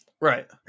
Right